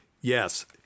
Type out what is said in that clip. yes